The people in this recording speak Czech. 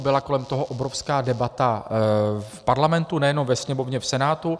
Byla kolem toho obrovská debata v Parlamentu nejenom ve Sněmovně, ale i v Senátu.